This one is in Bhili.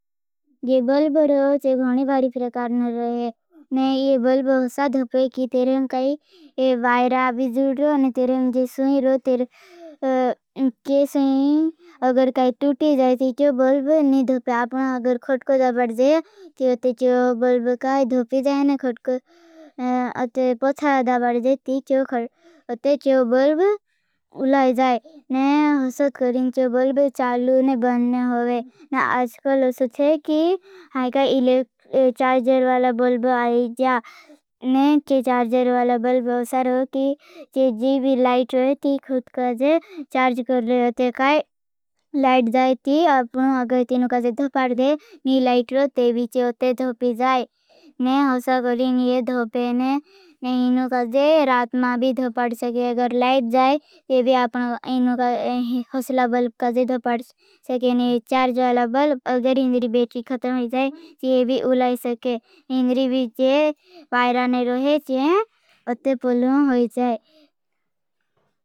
जे बल्ब रहो जे गोनी भारी प्रकार न रहे। ने ये बल्ब हसा धोपे की। तेरें काई वायरा अभी जूड रो। ने तेरें जे सुइरो तेरें जे सुइर अगर काई तूटी जाए। ते चो बल्ब ने धोपे। ते चो बल्ब लाई जाए ने असत करें। चो बल्ब चालू ने बनने होगे। लाइट जाए ती आपनो अगर इनो काई धोपाड गे ने लाइट रो। ते बीचे ओते धोपी जाए। ने हसा करें इने धोपे ने ने इनो काई। जे रात मा भी धोपाड सके। अगर लाइट जाए ते। भी आपनो इनो काई हसला बल्ब काई जे धोपाड सके। ने चार जौला बल्ब अगर हिंद्री बेट्री खतन ही जाए। ती ये भी उलाई सके। हिंद्री भी जे बाहरा ने रोहे जे उते पोलों होई जाए।